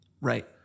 Right